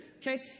okay